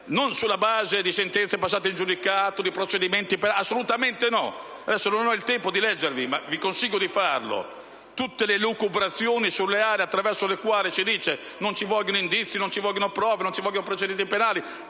non sulla base di sentenze passate in giudicato o di procedimenti penali. Assolutamente no! Adesso non ho il tempo di leggervi (ma vi consiglio di farlo) tutte le elucubrazioni surreali secondo le quali non ci vogliono indizi, non ci vogliono prove, non ci vogliono procedimenti penali: